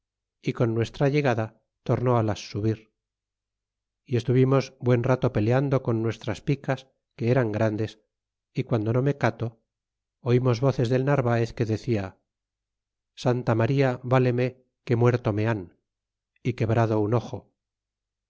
y con nuestra llegada tornó las subir y estuvimos buen rato peleando con nuestras picas que eran grandes y quando no me cato oimos voces del narvaez que decia santa maría váleme que muerto me han y quebrado un ojo